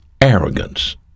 arrogance